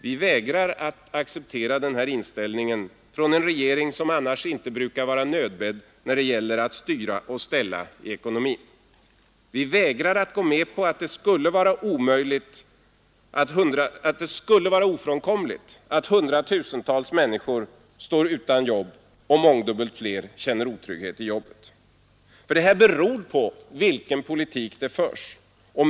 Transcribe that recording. Vi vägrar acceptera denna inställning från en regering som annars inte brukar vara nödbedd när det gäller att styra och ställa i ekonomin. Vi vägrar gå med på att det skulle vara ofrånkomligt att hundratusentals människor står utan jobb och mångdubbelt fler känner otrygghet i jobbet. Det här beror på vilken politik det förs.